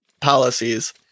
policies